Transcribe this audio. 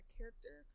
character